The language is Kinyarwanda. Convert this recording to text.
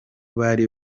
bari